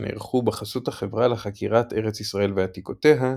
שנערכו בחסות החברה לחקירת ארץ-ישראל ועתיקותיה,